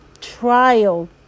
trial